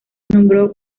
nombró